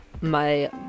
my-